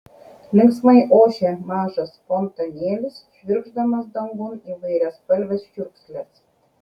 linksmai ošė mažas fontanėlis švirkšdamas dangun įvairiaspalves čiurkšles